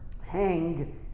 hang